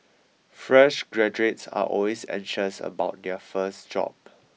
fresh graduates are always anxious about their first job